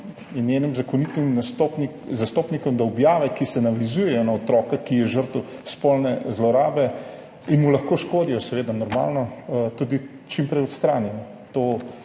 in njenim zakonitim zastopnikom, da objave, ki se navezujejo na otroka, ki je žrtev spolne zlorabe, in mu lahko škodijo, seveda, normalno, tudi čim prej odstranimo.